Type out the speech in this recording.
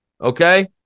okay